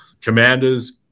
Commanders